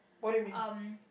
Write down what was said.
um